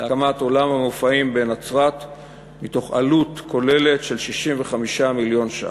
בהקמת אולם המופעים בנצרת מעלות כוללת של 65 מיליון ש"ח.